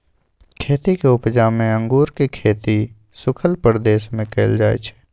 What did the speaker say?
खेतीक उपजा मे अंगुरक खेती सुखल प्रदेश मे कएल जाइ छै